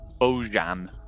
Bojan